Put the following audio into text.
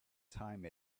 time